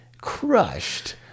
crushed